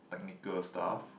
technical stuff